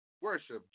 Worship